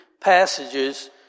passages